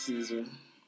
Caesar